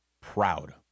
proud